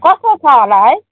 कस्तो छ होला है